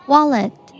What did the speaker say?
Wallet